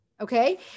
okay